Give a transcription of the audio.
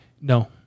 No